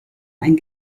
ein